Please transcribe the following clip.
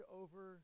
over